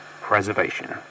preservation